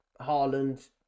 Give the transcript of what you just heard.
Haaland